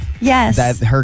Yes